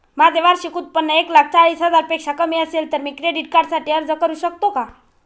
माझे वार्षिक उत्त्पन्न एक लाख चाळीस हजार पेक्षा कमी असेल तर मी क्रेडिट कार्डसाठी अर्ज करु शकतो का?